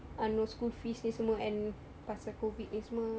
ah no school fees ini semua and pasal COVID ni semua